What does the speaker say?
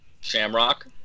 Shamrock